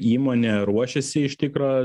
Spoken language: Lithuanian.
įmonė ruošiasi iš tikro